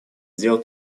дел